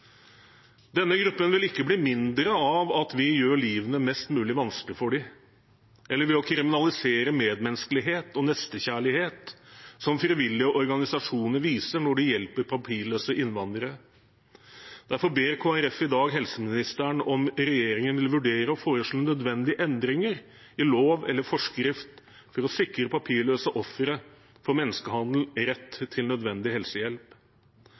Denne gruppen vil ikke bli mindre av at vi gjør livet mest mulig vanskelig for dem, eller ved å kriminalisere medmenneskelighet og nestekjærlighet som frivillige organisasjoner viser når de hjelper papirløse innvandrere. Derfor spør Kristelig Folkeparti i dag helseministeren om regjeringen vil vurdere å foreslå nødvendige endringer i lov eller forskrift for å sikre papirløse ofre for menneskehandel rett til nødvendig helsehjelp.